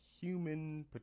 human